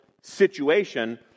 situation